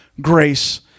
grace